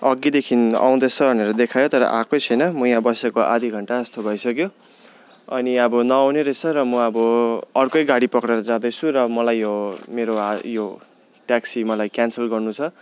अघिदेखिन् अउँदैछ भनेर देखायो तर आएकै छैन म यहाँ बसेको आधा घन्टा जस्तो भइसक्यो अनि अब नअउने रहेछ र म अब अर्कै गाडी पक्रिएर जाँदैछु र मलाई यो मेरो यो ट्याक्सी मलाई क्यान्सल गर्नु छ